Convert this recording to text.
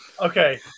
Okay